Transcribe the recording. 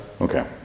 Okay